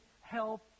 help